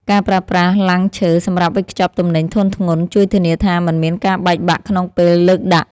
ការប្រើប្រាស់ឡាំងឈើសម្រាប់វេចខ្ចប់ទំនិញធុនធ្ងន់ជួយធានាថា មិនមានការបែកបាក់ក្នុងពេលលើកដាក់។